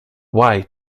why